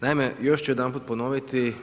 Naime još ću jedanput ponoviti.